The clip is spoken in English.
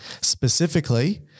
specifically